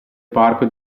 parco